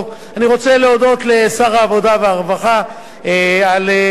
אני רוצה להודות לשר העבודה והרווחה על שיתוף